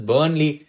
Burnley